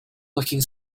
looking